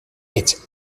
its